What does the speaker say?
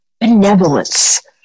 benevolence